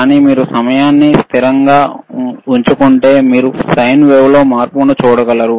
కానీ మీరు సమయాన్ని స్థిరంగా ఉంచుకుంటే మీరు సైన్ వేవ్లో మార్పును చూడగలరు